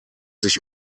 sich